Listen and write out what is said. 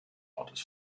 ortes